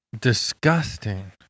disgusting